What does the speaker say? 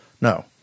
no